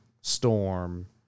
Storm